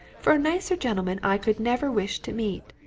for a nicer gentleman i could never wish to meet!